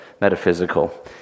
metaphysical